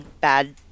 bad